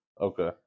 okay